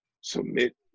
submit